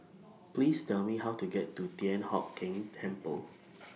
Please Tell Me How to get to Thian Hock Keng Temple